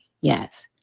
Yes